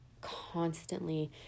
constantly